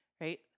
right